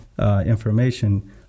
information